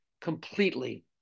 completely